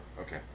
Okay